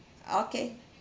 okay